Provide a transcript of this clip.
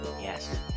Yes